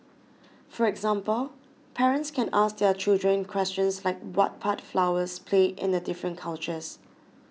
for example parents can ask their children questions like what part flowers play in the different cultures